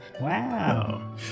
Wow